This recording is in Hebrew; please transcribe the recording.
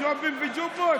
ג'ובים וג'ובות?